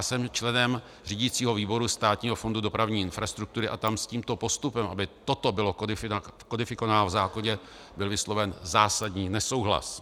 Jsem členem řídicího výboru Státního fondu dopravní infrastruktury a tam s tímto postupem, aby toto bylo kodifikováno v zákoně, byl vysloven zásadní nesouhlas.